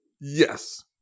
Yes